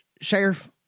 sheriff